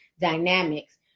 dynamics